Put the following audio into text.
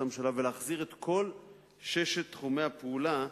הממשלה ולהחזיר את כל ששת תחומי הפעולה,